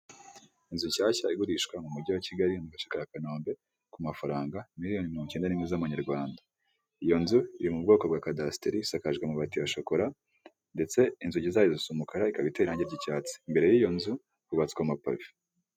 Inzu nshyashya igurishwa mu mujyi wa kigali mu gace ka kanombe ku mafaranga miliyoni mirongo icyenda n'imwe z'amanyarwanda, iyo nzu iri mu bwoko bwa cadasiteri isakajwe amabati ya shokora ndetse inzugi zayo zisa umukara ikaba iteye irangi ry'icyatsi, imbere y'iyo nzu hubatswe amapave.